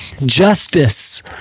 justice